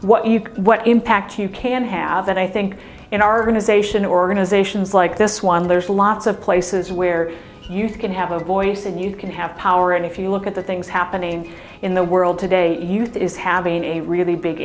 what you can what impact you can have and i think in our own a zation organizations like this one there's lots of places where you can have a voice and you can have power and if you look at the things happening in the world today youth is having a really big